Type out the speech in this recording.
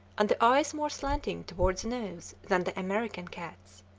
and the eyes more slanting toward the nose than the american cat's.